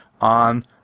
on